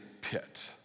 pit